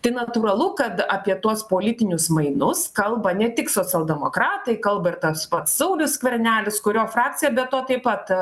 tai natūralu kad apie tuos politinius mainus kalba ne tik socialdemokratai kalba ir tas pats saulius skvernelis kurio frakcija be to taip pat